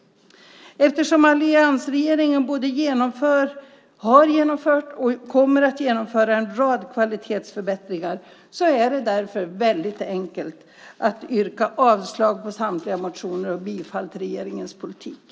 Eftersom alliansregeringen har genomfört, genomför och kommer att genomföra en rad kvalitetsförbättringar är det väldigt lätt att yrka avslag på samtliga motioner och bifall till regeringens politik.